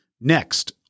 next